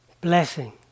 blessing